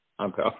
Okay